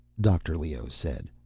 dr. leoh said.